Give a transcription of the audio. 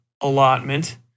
Allotment